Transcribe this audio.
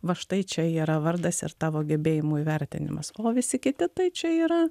va štai čia yra vardas ir tavo gebėjimų įvertinimas o visi kiti tai čia yra